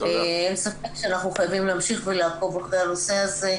אין ספק שאנחנו חייבים להמשיך ולעקוב אחרי הנושא הזה,